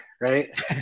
right